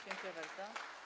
Dziękuję bardzo.